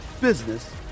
business